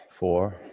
Four